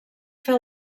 fer